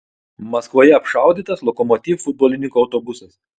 maskvoje apšaudytas lokomotiv futbolininkų autobusas